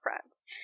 friends